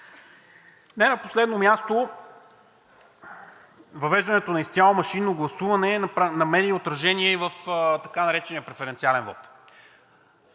Не на последно място, въвеждането на изцяло машинно гласуване намери отражение и в така наречения преференциален вот.